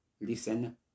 listen